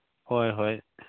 ꯍꯣꯏ ꯍꯣꯏ